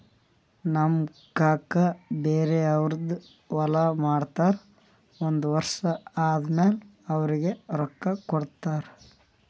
ನಮ್ ಕಾಕಾ ಬ್ಯಾರೆ ಅವ್ರದ್ ಹೊಲಾ ಮಾಡ್ತಾರ್ ಒಂದ್ ವರ್ಷ ಆದಮ್ಯಾಲ ಅವ್ರಿಗ ರೊಕ್ಕಾ ಕೊಡ್ತಾರ್